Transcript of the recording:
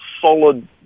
solid